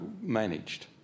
managed